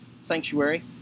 sanctuary